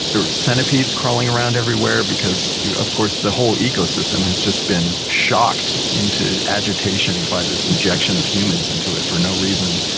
there were centipedes crawling around everywhere because of course, the whole ecosystem has just been shocked into agitation by this injection of humans into it for no reason.